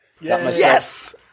Yes